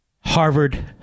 Harvard